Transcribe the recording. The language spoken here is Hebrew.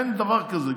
אין דבר כזה.